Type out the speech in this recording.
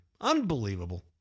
unbelievable